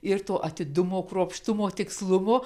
ir to atidumo kruopštumo tikslumo